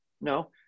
No